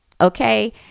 okay